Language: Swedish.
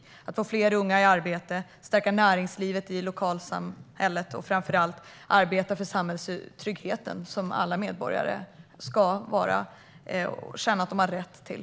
Vi måste få fler unga i arbete, stärka näringslivet i lokalsamhället och framför allt arbeta för den samhällstrygghet som alla medborgare ska ha rätt till.